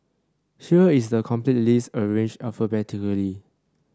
here is the complete list arranged alphabetically